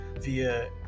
via